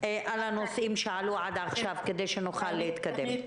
על הנושאים שעלו עד עכשיו כדי שנוכל להתקדם.